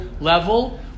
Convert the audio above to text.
level